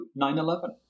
9-11